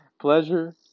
pleasure